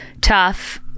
tough